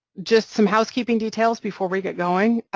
just some housekeeping details before we get going.